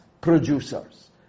producers